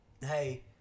hey